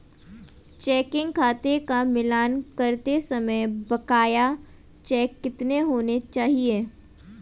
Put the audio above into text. Checking खाते का मिलान करते समय बकाया चेक कितने होने चाहिए?